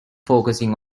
focusing